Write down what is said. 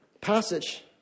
passage